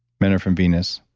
men are from venus.